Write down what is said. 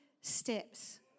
steps